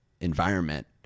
environment